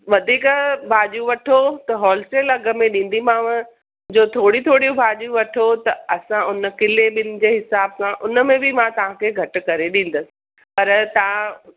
वधीक भाॼियूं वठो त होलसेल अघु में ॾींदीमांव जो थोरी थोरियूं भाॼियूं वठो त असां हुन किले ॿिनि जे हिसाबु सां हुन में बि मां तव्हांखे घटि करे ॾींदसि पर तव्हां